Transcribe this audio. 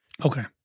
Okay